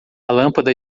lâmpada